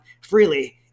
freely